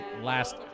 last